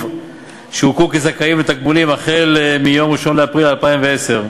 שהוכרו כזכאים לתגמולים החל מיום 1 באפריל 2010,